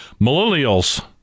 millennials